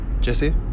Jesse